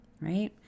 right